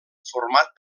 format